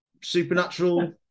Supernatural